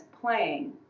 playing